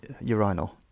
Urinal